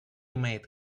made